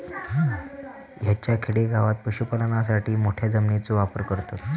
हयच्या खेडेगावात पशुपालनासाठी मोठ्या जमिनीचो वापर करतत